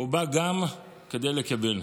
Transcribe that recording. הוא בא גם כדי לקבל,